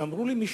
ואמרו לי,